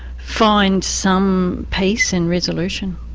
find some peace and resolution.